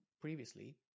previously